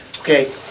okay